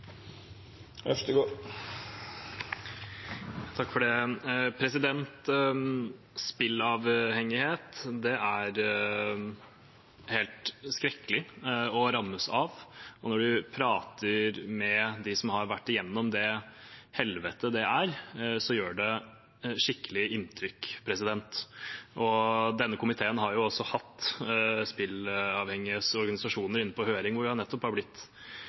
er helt skrekkelig å rammes av, og når man prater med dem som har vært gjennom det helvetet det er, gjør det skikkelig inntrykk. Denne komiteen har også hatt spilleavhengiges organisasjoner inne på høring, der vi har blitt